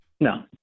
No